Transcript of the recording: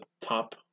top